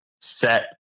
set